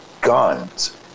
guns